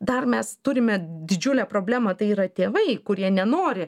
dar mes turime didžiulę problemą tai yra tėvai kurie nenori